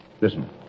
listen